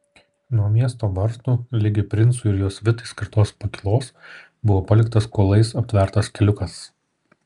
nuo miesto vartų ligi princui ir jo svitai skirtos pakylos buvo paliktas kuolais aptvertas keliukas